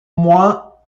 moins